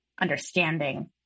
understanding